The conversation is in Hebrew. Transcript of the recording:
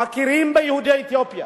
מכירים ביהודי אתיופיה.